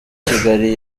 kigali